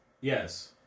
Yes